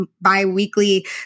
biweekly